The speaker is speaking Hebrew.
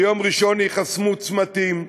ביום ראשון ייחסמו צמתים,